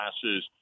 classes